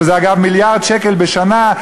שזה אגב מיליארד שקל בשנה,